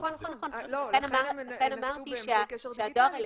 במקרה הזה.